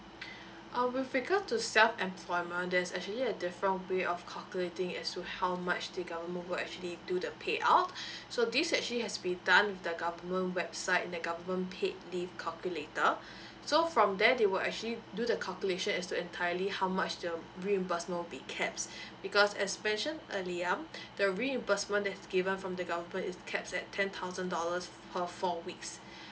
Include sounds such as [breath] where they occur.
[breath] um with regard to self employment there's actually a different way of calculating as to how much the government will actually do the payout [breath] so this actually has to be done with the government website in the government paid leave calculator [breath] so from there they will actually do the calculation as to entirely how much the reimbursement will be caps [breath] because expansion early um the reimbursement they've given from the government is cap at ten thousand dollars per four weeks [breath]